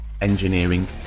engineering